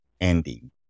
ending